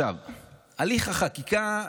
הליך החקיקה,